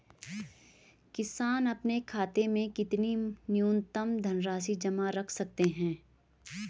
किसान अपने खाते में कितनी न्यूनतम धनराशि जमा रख सकते हैं?